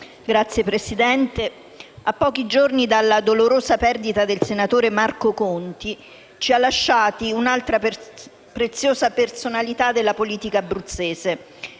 Signora Presidente, a pochi giorni dalla dolorosa perdita del senatore Marco Conti, ci ha lasciati un’altra preziosa personalità della politica abruzzese.